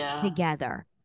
together